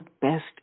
best